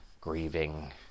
grieving